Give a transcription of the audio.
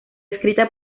escrita